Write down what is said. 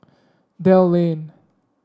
Dell Lane